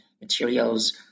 materials